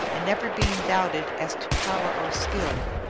and never being doubted as to power or skill.